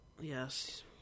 yes